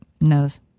knows